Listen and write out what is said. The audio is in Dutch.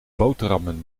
boterhammen